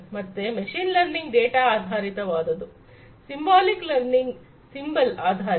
ಮತ್ತೆ machine learning data ಆಧಾರಿತವಾದುದು symbolic learning symbol ಆಧಾರಿತ